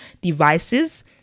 devices